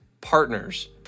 partners